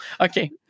Okay